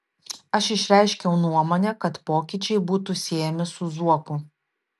aš išreiškiau nuomonę kad pokyčiai būtų siejami su zuoku